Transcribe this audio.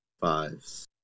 Fives